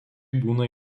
būna